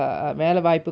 ya